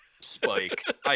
spike